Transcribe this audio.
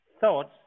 thoughts